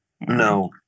no